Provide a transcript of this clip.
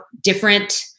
different